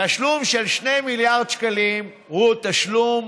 תשלום של 2 מיליארד שקלים הוא תשלום